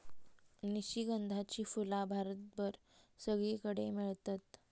निशिगंधाची फुला भारतभर सगळीकडे मेळतत